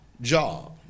job